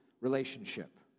relationship